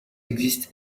existe